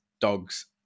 dogs